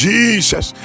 Jesus